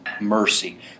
mercy